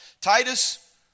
Titus